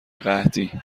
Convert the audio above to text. قحطی